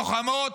לוחמות,